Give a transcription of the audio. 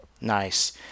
Nice